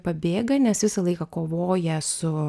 pabėga nes visą laiką kovoja su